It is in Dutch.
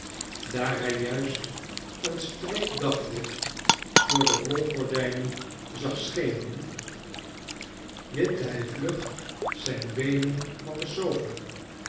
daar hij juist een streep daglicht door de rolgordijnen zag schemeren wipte hij vlug zijn beenen van de sofa